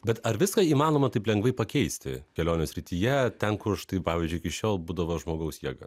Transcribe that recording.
bet ar viską įmanoma taip lengvai pakeisti kelionių srityje ten kur štai pavyzdžiui iki šiol būdavo žmogaus jėga